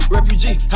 Refugee